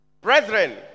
Brethren